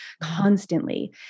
Constantly